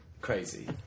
crazy